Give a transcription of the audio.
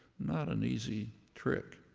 not an easy trick.